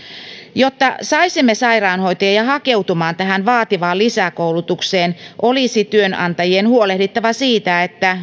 jotta saisimme sairaanhoitajia hakeutumaan tähän vaativaan lisäkoulutukseen olisi työnantajien huolehdittava siitä että